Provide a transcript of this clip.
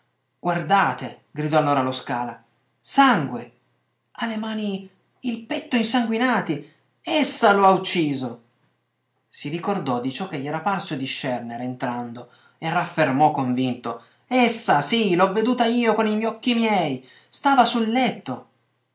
guardate gridò allora lo scala sangue ha le mani il petto insanguinati essa lo ha ucciso si ricordò di ciò che gli era parso di scernere entrando e raffermò convinto essa sì l'ho veduta io con gli occhi miei stava sul letto